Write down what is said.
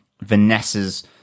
Vanessa's